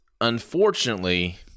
unfortunately